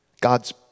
God's